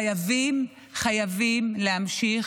חייבים חייבים להמשיך,